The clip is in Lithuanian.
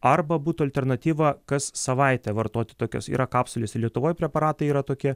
arba būtų alternatyva kas savaitę vartoti tokios yra kapsulėsir lietuvoj preparatai yra tokie